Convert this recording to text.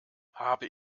habe